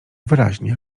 wyraźnie